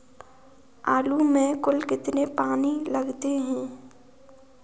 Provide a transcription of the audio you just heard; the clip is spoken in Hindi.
आलू में कुल कितने पानी लगते हैं?